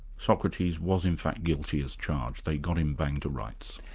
socrates was in fact guilty as charged they got him bang to rights?